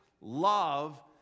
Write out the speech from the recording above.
love